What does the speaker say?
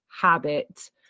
habit